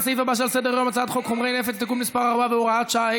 לסעיף הבא שעל סדר-היום: הצעת חוק חומרי נפץ (תיקון מס' 4 והוראת שעה),